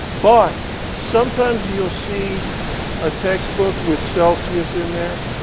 but sometimes you'll see a textbook with celsius in there,